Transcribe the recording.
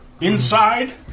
Inside